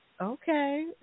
Okay